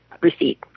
receipt